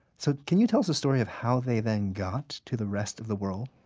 so can you tell us a story of how they then got to the rest of the world?